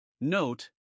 Note